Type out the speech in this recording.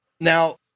now